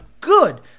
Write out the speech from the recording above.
good